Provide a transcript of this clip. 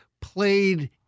played